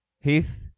Heath